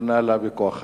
הוקנה לה מכוח הכיבוש.